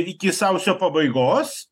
iki sausio pabaigos